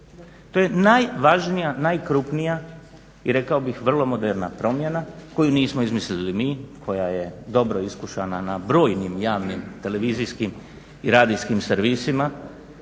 To je najvažnija, najkrupnija i rekao bih vrlo moderna promjena koju nismo izmislili mi, koja je dobro iskušana na brojnim javnim televizijskim i radijskim servisima